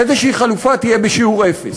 איזושהי חלופה תהיה בשיעור אפס.